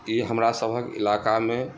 ई हमरा सभक इलाकामे